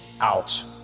out